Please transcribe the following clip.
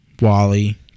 Wally